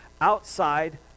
outside